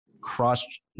cross